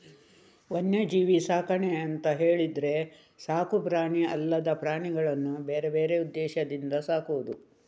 ವನ್ಯಜೀವಿ ಸಾಕಣೆ ಅಂತ ಹೇಳಿದ್ರೆ ಸಾಕು ಪ್ರಾಣಿ ಅಲ್ಲದ ಪ್ರಾಣಿಯನ್ನ ಬೇರೆ ಬೇರೆ ಉದ್ದೇಶದಿಂದ ಸಾಕುದು